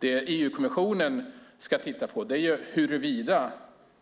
Det EU-kommissionen ska titta på är huruvida